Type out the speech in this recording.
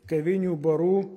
kavinių barų